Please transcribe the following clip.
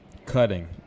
Cutting